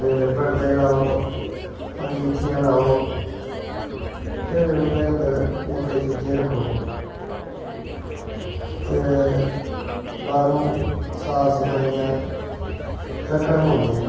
ते पड़दे लाओ अंगीठियां लाओ और उंदे अन्दर निक्के चूज़े रक्खो ते बाह्रों साफ सफाईयां रक्खनां पौंदियां न